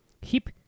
Hip